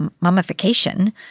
mummification